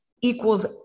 equals